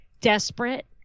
desperate